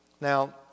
Now